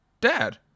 Dad